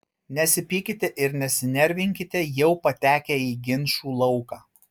nesipykite ir nesinervinkite jau patekę į ginčų lauką